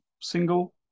single